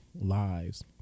lives